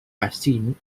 vaccine